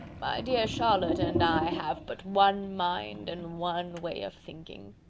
my dear charlotte and i have but one mind and one way of thinking.